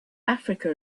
africa